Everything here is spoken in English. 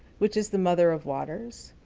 which is the mother of waters,